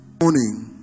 morning